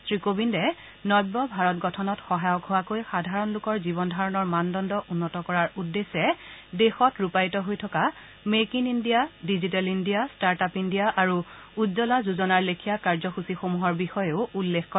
শ্ৰীকোবিন্দে নব্য ভাৰত গঠনত সহায়ক হোৱাকৈ সাধাৰণ লোকৰ জীৱন ধাৰণৰ মানদণ্ড উন্নত কৰাৰ উদ্দেশ্যে দেশত ৰূপায়িত হৈ থকা make in India digital India startup India আৰু উজ্জ্বলা যোজনাৰ লেখীয়া কাৰ্যসূচীসমূহৰ বিষয়েও উল্লেখ কৰে